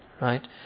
right